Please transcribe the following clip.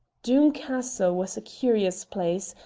doom castle was a curious place,